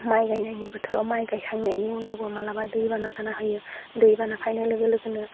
माइ गायनायनि बोथोराव माइ गायखांनायनि उनावबो मालाबा दै बाना जाना होयो दै बाना फैनाय लोगो लोगोनो